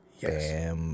Yes